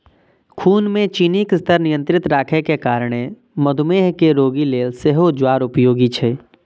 खून मे चीनीक स्तर नियंत्रित राखै के कारणें मधुमेह के रोगी लेल सेहो ज्वार उपयोगी छै